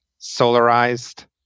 solarized